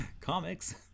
comics